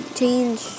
change